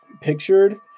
pictured